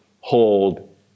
hold